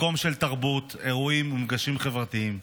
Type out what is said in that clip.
מקום של תרבות, אירועים ומפגשים חברתיים.